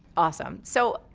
awesome. so,